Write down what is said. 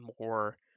more